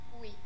Oui